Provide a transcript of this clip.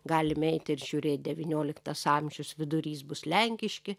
galim eit ir žiūrėt devynioliktas amžius vidurys bus lenkiški